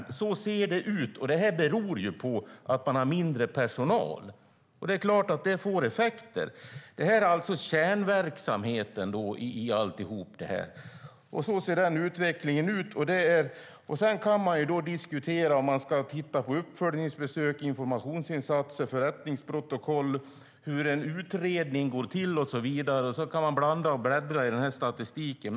Så ser det ut, och det beror på att man har mindre personal. Det är klart att det får effekter. Det här är alltså kärnan i hela verksamheten, och så ser utvecklingen ut. Sedan kan man diskutera om man ska titta på uppföljningsbesök, informationsinsatser, förrättningsprotokoll, hur en utredning går till och så vidare, och man kan blanda och bläddra i statistiken.